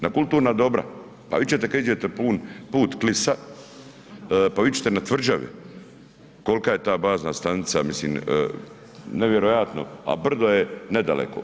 Na kulturna dobra, pa vidjet ćete kada iđete put Klisa, pa vidjet ćete na tvrđavi kolka je ta bazna stanica, mislim nevjerojatno, a brdo je nedaleko.